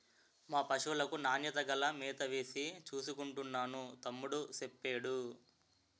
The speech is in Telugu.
మా పశువులకు నాణ్యత గల మేతవేసి చూసుకుంటున్నాను తమ్ముడూ సెప్పేడు